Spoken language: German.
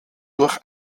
durch